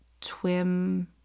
TWIM